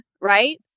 right